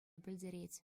пӗлтерет